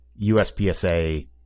USPSA